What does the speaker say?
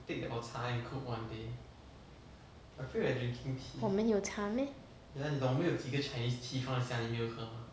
我们有茶 meh